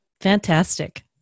fantastic